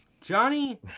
Johnny